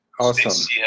awesome